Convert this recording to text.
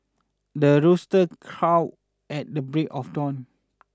the rooster crow at the break of dawn